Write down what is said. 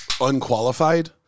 unqualified